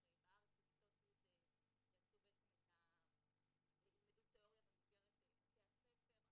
בארץ בכיתות י' ילמדו תיאוריה במסגרת בתי הספר.